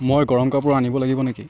মই গৰম কাপোৰ আনিব লাগিব নেকি